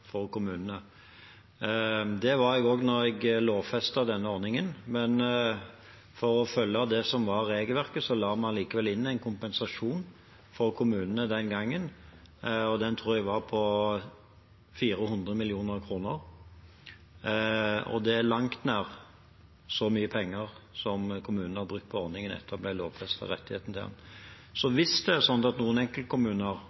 for kommunene. Det var jeg også da jeg lovfestet denne ordningen, men for å følge det som var regelverket, la vi likevel inn en kompensasjon for kommunene den gangen. Den tror jeg var på 400 mill. kr, og det er på langt nær så mye penger kommunene har brukt på ordningen etter at rettigheten til den ble lovfestet. Så